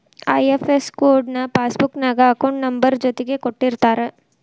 IFS code ನ passbook ನ್ಯಾಗ account number ಜೊತಿಗೆ ಕೊಟ್ಟಿರ್ತಾರ